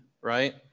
Right